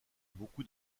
beaucoup